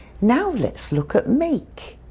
now let's look at make.